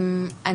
שוב לפרוטוקול.